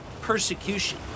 persecution